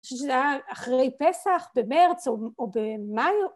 ‫שזה היה אחרי פסח, במרץ או במאי.